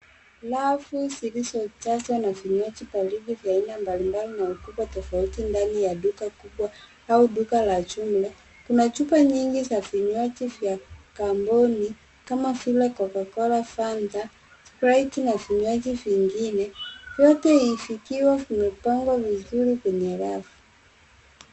Rafu zilizojazwa na vinywaji baridi vya aina mbalimbali na ukubwa tofauti ndani ya duka kubwa au duka la jumla. Kuna chupa nyingi za vinywaji vya kampuni, kama vile Cocacola, Fanta, Sprite na vinywaji vingine, vyote vikiwa vimepangwa vizuri kwenye rafu.